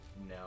No